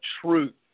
truth